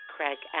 Craig